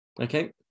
Okay